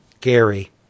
Gary